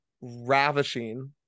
Ravishing